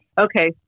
Okay